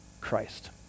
Christ